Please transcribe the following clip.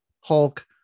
Hulk